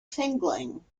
tingling